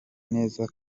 neza